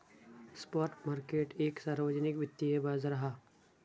spot market एक सार्वजनिक वित्तिय बाजार हा